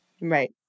Right